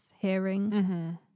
hearing